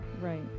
Right